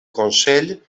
consell